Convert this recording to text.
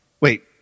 wait